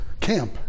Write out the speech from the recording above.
Camp